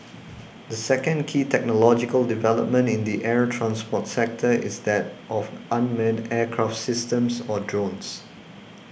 the second key technological development in the air transport sector is that of unmanned aircraft systems or drones